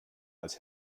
als